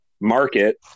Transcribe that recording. market